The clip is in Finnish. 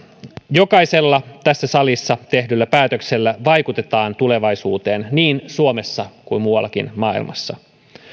jokaisella tässä salissa tehdyllä päätöksellä vaikutetaan tulevaisuuteen niin suomessa kuin muuallakin maailmassa